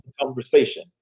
conversation